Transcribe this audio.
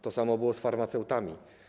To samo było z farmaceutami.